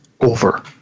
over